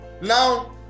Now